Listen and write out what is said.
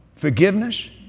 forgiveness